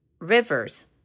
rivers